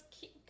keep